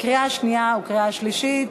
קריאה שנייה וקריאה שלישית.